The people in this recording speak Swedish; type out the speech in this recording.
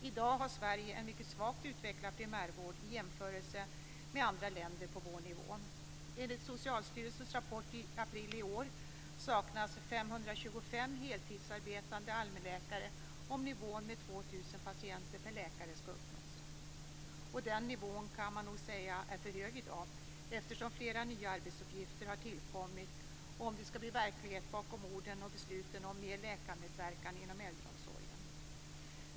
I dag har Sverige en mycket svagt utvecklad primärvård i jämförelse med andra länder på vår nivå. patienter per läkare skall uppnås. Den nivån kan man nog säga är för hög i dag, eftersom flera nya arbetsuppgifter har tillkommit, om det skall blir verklighet bakom orden och besluten om mer läkarmedverkan inom äldreomsorgen.